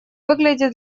выглядит